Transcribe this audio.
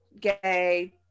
gay